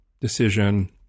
decision